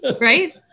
right